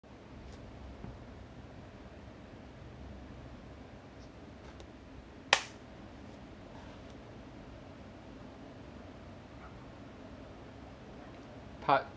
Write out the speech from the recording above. part